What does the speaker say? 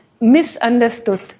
misunderstood